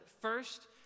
first